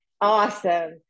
awesome